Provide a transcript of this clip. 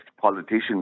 politicians